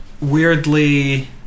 weirdly